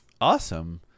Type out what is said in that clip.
awesome